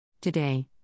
Today